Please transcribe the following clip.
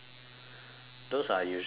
those are usually on weekends